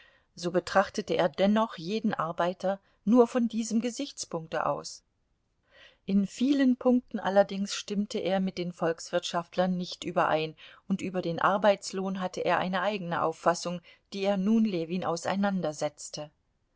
so betrachtete er dennoch jeden arbeiter nur von diesem gesichtspunkte aus in vielen punkten allerdings stimmte er mit den volkswirtschaftlern nicht überein und über den arbeitslohn hatte er eine eigene auffassung die er nun ljewin auseinandersetzte